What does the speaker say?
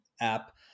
app